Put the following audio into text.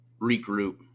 regroup